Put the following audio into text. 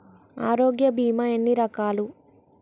ఆరోగ్య బీమా ఎన్ని రకాలు?